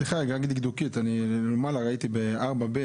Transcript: יבוא "והפרות